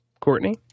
Courtney